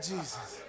Jesus